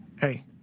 hey